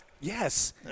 Yes